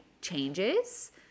changes